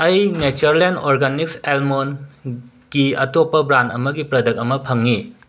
ꯑꯩ ꯅꯦꯆꯔꯂꯦꯟ ꯑꯣꯔꯒꯥꯅꯤꯛꯁ ꯑꯦꯜꯃꯣꯟꯀꯤ ꯑꯇꯣꯞꯄ ꯕ꯭ꯔꯥꯟ ꯑꯃꯒꯤ ꯄ꯭ꯔꯗꯛ ꯑꯃ ꯐꯪꯉꯤ